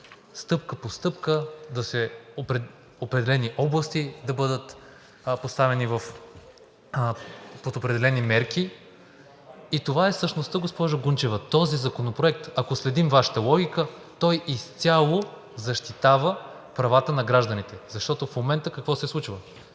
стъпка по стъпка и определени области да бъдат поставени под определени мерки, и това му е същността, госпожо Гунчева. Този законопроект, ако следим Вашата логика, изцяло защитава правата на гражданите. В момента какво се случва?